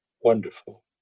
wonderful